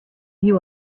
you